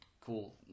Cool